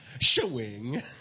Showing